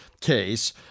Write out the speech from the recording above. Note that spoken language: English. case